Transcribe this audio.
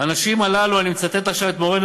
"האנשים הללו" אני מצטט עכשיו את מורנו